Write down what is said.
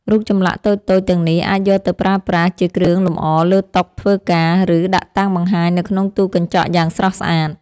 រូបចម្លាក់តូចៗទាំងនេះអាចយកទៅប្រើប្រាស់ជាគ្រឿងលម្អលើតុធ្វើការ ឬ ដាក់តាំងបង្ហាញនៅក្នុងទូកញ្ចក់យ៉ាងស្រស់ស្អាត។